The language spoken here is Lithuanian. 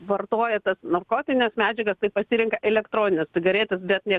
vartojate tas narkotines medžiagas pasirenka elektronines cigaretes bet ne